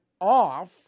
off